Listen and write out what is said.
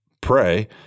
pray